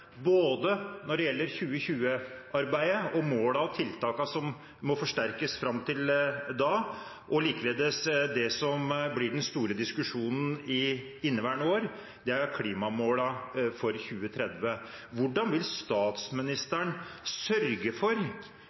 og målene og tiltakene som må forsterkes fram til da, og likeledes det som blir den store diskusjonen i inneværende år, som er klimamålene for 2030. Hvordan vil statsministeren sørge for